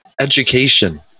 Education